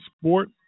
sport